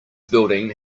building